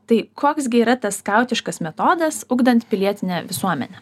tai koks gi yra tas skautiškas metodas ugdant pilietinę visuomenę